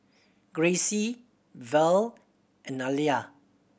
Gracie Verl and Alia